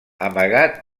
amagat